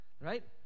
right